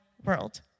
world